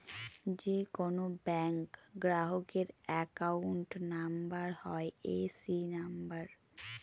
যে কোনো ব্যাঙ্ক গ্রাহকের অ্যাকাউন্ট নাম্বার হয় এ.সি নাম্বার